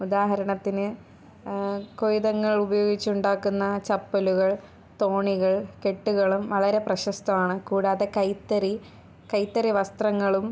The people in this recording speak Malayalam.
ഉദാഹരണത്തിന് കൊയ്തങ്ങളുപയോഗിച്ചുണ്ടാക്കുന്ന ചപ്പലുകൾ തോണികൾ കെട്ടുകളും വളരെ പ്രശസ്തമാണ് കൂടാതെ കൈത്തറി കൈത്തറി വസ്ത്രങ്ങളും